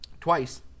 twice